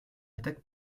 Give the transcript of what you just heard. attaque